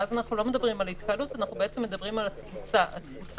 ואז אנו לא מדברים על התקהלות אלא מדברים על תפוסה במבנה,